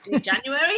January